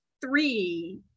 three